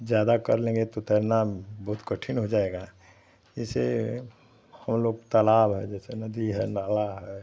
ज़्यादा कर लेंगे तो तैरना बहुत कठिन हो जाएगा जैसे हम लोग तालाब है जैसे नदी है नाला है